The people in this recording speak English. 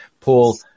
Paul